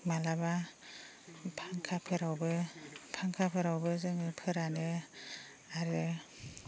माब्लाबा फांखाफोरावबो फांखाफोरावबो जोङो फोरानो आरो